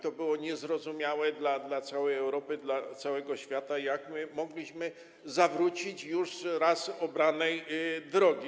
To było niezrozumiałe dla całej Europy, dla całego świata, jak my mogliśmy zawrócić z już raz obranej drogi.